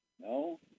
no